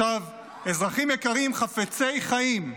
אזרחים יקרים חפצי חיים,